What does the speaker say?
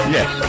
Yes